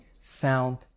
found